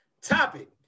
topic